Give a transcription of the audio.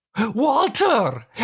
Walter